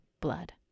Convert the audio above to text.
Blood